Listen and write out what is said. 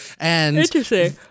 Interesting